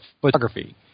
photography